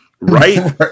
Right